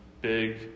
big